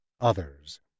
others